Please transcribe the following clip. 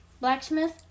Blacksmith